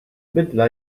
bidla